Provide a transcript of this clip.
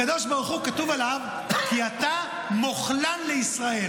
הקדוש ברוך הוא, כתוב עליו: כי אתה מוחלן לישראל.